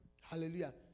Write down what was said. Hallelujah